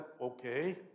okay